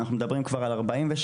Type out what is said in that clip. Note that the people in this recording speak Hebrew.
אנחנו מדברים כבר על 47,